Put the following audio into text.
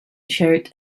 shirt